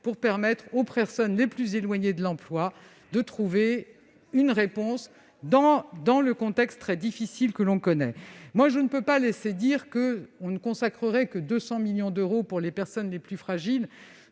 pour permettre aux personnes les plus éloignées de l'emploi de trouver une réponse à leur situation dans le contexte très difficile que nous connaissons. Je ne peux pas laisser dire que nous ne consacrerions que 200 millions d'euros aux personnes les plus fragiles.